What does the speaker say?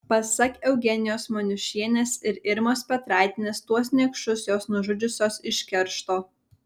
pasak eugenijos maniušienės ir irmos petraitienės tuos niekšus jos nužudžiusios iš keršto